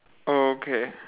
okay